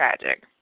tragic